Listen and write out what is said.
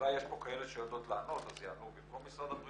אולי יש פה כאלה שיודעות לענות אז יענו במקום משרד הבריאות.